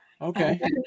Okay